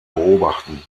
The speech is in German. beobachten